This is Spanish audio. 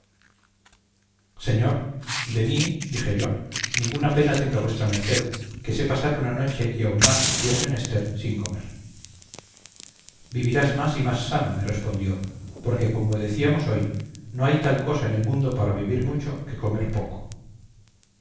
señor de mí dije yo ninguna pena tenga vuestra merced que sé pasar una noche y aun más si es menester sin comer vivirás más y más sano me respondió porque como decíamos hoy no hay tal cosa en el mundo para vivir mucho que comer poco